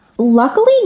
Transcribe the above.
Luckily